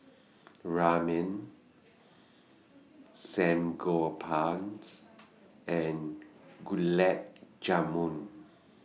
Ramen and Gulab Jamun